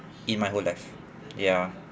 in my whole life ya